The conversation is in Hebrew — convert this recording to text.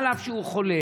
אף שהוא חולה.